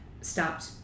stopped